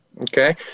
Okay